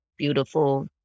beautiful